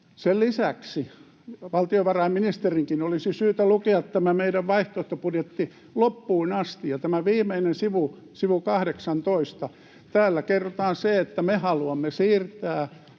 Sen lisäksi valtiovarainministerinkin olisi syytä lukea tämä meidän vaihtoehtobudjetti loppuun asti ja tämä viimeinen sivu, sivu 18. Täällä kerrotaan se, että me haluamme siirtää